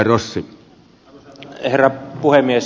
arvoisa herra puhemies